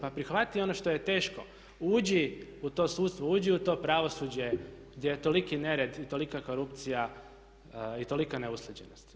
Pa prihvati ono što je teško, uđi u to sudstvo, uđi u to pravosuđe gdje je toliki nered i tolika korupcija i tolika neusklađenost.